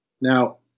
Now